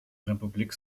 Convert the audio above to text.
republik